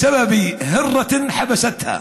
בשפה הערבית ומתרגמם:)